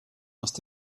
must